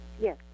Yes